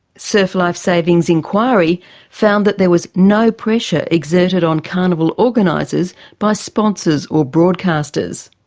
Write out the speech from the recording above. surf life saving's inquiry found that there was no pressure exerted on carnival organisers by sponsors or broadcasters.